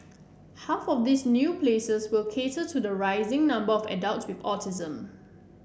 half of these new places will cater to the rising number of adults with autism